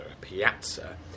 piazza